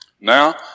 Now